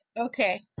okay